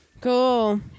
Cool